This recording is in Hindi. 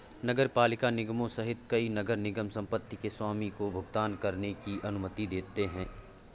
नगरपालिका निगमों सहित कई नगर निगम संपत्ति के स्वामी को भुगतान करने की अनुमति देते हैं